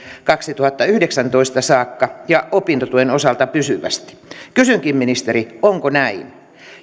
kaksituhattayhdeksäntoista saakka ja opintotuen osalta pysyvästi kysynkin ministeri onko näin